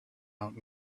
out